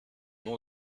nom